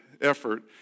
effort